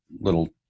little